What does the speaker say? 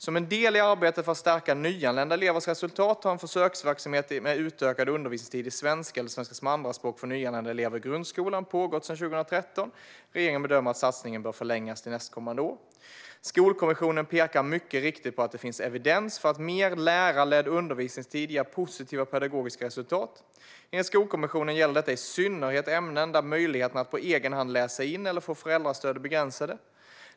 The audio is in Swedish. Som en del i arbetet för att stärka nyanlända elevers resultat har en försöksverksamhet med utökad undervisningstid i svenska eller svenska som andraspråk för nyanlända elever i grundskolan pågått sedan 2013. Regeringen bedömer att satsningen bör förlängas till nästa år. Skolkommissionen pekar mycket riktigt på att det finns evidens för att mer lärarledd undervisningstid ger positiva pedagogiska resultat. Enligt Skolkommissionen gäller detta i synnerhet ämnen där möjligheterna att på egen hand läsa in eller få föräldrastöd är begränsade.